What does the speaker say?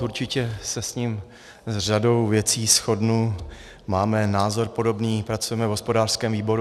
Určitě se s ním s řadou věcí shodnu, máme názor podobný, pracujeme v hospodářském výboru.